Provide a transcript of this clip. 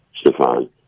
stefan